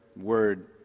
word